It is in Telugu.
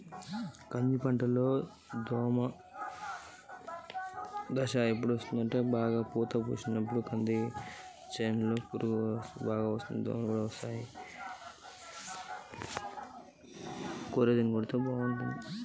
కంది పంటలో దోమ దశ ఎప్పుడు వస్తుంది అది వచ్చినప్పుడు ఏ విధమైన రసాయనాలు ఉపయోగించాలి?